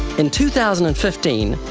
in two thousand and fifteen,